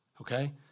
Okay